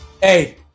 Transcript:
hey